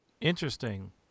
Interesting